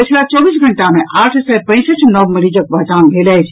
पछिला चौबीस घंटा मे आठ सय पैंसठि नव मरीजक पहचान भेल अछि